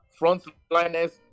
frontliners